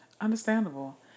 Understandable